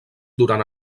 durant